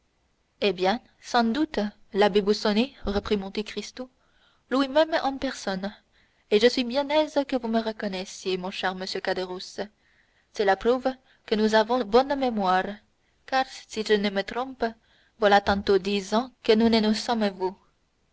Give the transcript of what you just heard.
eh bien sans doute l'abbé busoni reprit monte cristo lui-même en personne et je suis bien aise que vous me reconnaissiez mon cher monsieur caderousse cela prouve que nous avons bonne mémoire car si je ne me trompe voilà tantôt dix ans que nous ne nous sommes